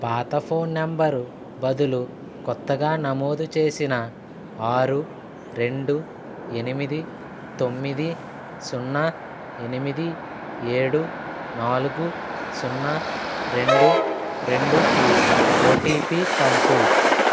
పాత phone number బదులు కొత్తగా నమోదు చేసిన ఆరు రెండు ఎనిమిది తొమ్మిది సున్న ఎనిమిది ఏడు నాలుగు సున్నా రెండు రెండుకి ఓటిపి పంపు